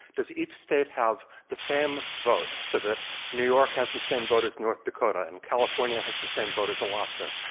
does each state have the same vote, so that new york has the same vote as north dakota and california has the same vote as alaska.